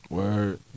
Word